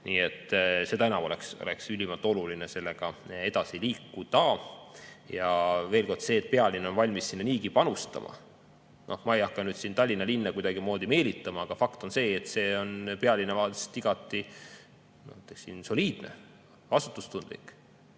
Nii et seda enam oleks ülimalt oluline sellega edasi liikuda. Veel kord, see, et pealinn on valmis sinna niigi panustama – ma ei hakka nüüd siin Tallinna linna kuidagimoodi meelitama, aga see on fakt –, on pealinna vaates igati soliidne ja vastutustundlik.